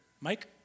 Mike